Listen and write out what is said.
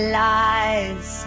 lies